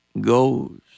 goes